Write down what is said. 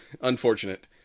unfortunate